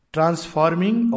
Transforming